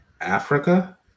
Africa